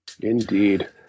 Indeed